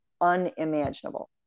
unimaginable